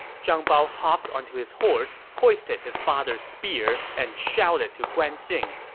zhang bao hopped onto his horse, hoisted his father's spear, and shouted to guan xing,